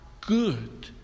good